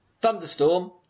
thunderstorm